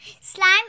slime